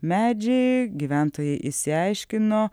medžiai gyventojai išsiaiškino